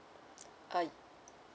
uh